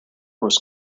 was